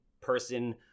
person